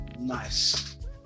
Nice